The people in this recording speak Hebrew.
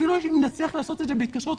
אפילו אם נצליח לעשות את זה בהתקשרות,